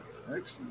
excellent